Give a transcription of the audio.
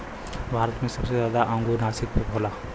भारत मे सबसे जादा अंगूर नासिक मे होला